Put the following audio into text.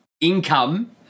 income